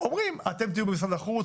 אומרים שאתם תהיו במשרד החוץ,